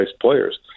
players